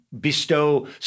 bestow